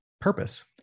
purpose